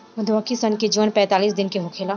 मधुमक्खी सन के जीवन पैतालीस दिन के होखेला